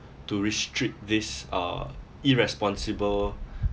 to restrict this uh irresponsible